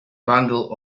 bundle